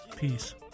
Peace